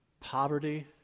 poverty